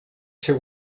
ser